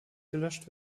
gelöscht